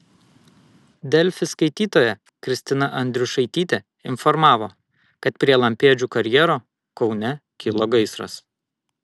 delfi skaitytoja kristina andriušaitytė informavo kad prie lampėdžių karjero kaune kilo gaisras